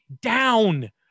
down